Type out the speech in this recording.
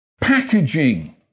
packaging